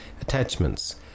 attachments